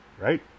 Right